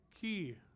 key